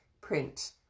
print